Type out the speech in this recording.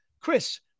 chris